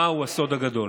מה הוא הסוד הגדול?